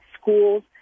schools